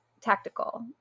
tactical